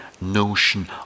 notion